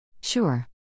Sure